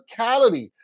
physicality